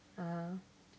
ah